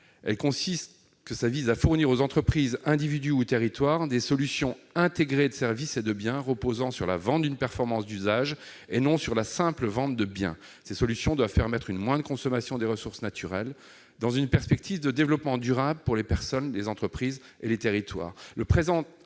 la fonctionnalité vise à fournir aux entreprises, individus ou territoires des solutions intégrées de services et de biens reposant sur la vente d'une performance d'usage et non sur la simple vente de biens. Ces solutions doivent permettre une moindre consommation des ressources naturelles dans une perspective de développement durable pour les personnes, les entreprises et les territoires.